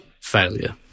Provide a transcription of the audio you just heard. failure